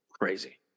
Crazy